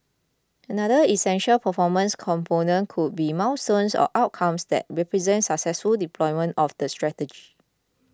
another essential performance component could be milestones or outcomes that represent successful deployment of the strategy